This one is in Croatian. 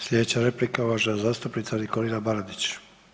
Slijedeća replika uvažena zastupnica Nikolina Baradić.